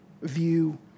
view